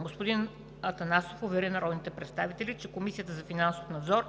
Господин Атанасов увери народните представители, че Комисията за финансов надзор